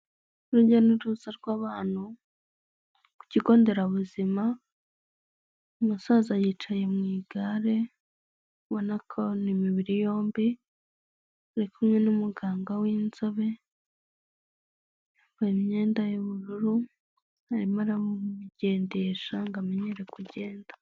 Urujya n'uruza rw'abantu ku kigo nderabuzima umusaza yicaye mu igare, ubonako ari imibiri yombi, ari kumwe n'umuganga w'inzobe yambaye imyenda y'ubururu arimo aramugendesha ngo amenyere kugenda.